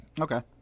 Okay